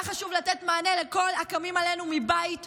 היה חשוב לתת מענה לכל הקמים עלינו מבית ומבחוץ.